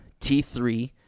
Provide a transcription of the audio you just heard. T3